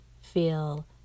feel